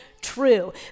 True